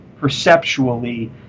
perceptually